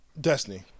destiny